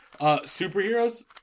superheroes